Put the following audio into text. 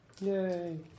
Yay